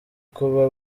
kuba